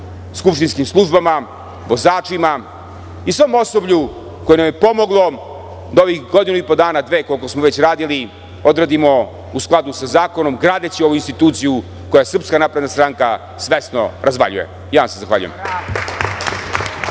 skupštinskim službama, vozačima i svom osoblju koje nam je pomoglo da ovih godinu i po dana, dve koliko smo radili odradimo u skladu sa zakonom, gradeći ovu instituciju koju SNS svesno razvaljuje. Zahvaljujem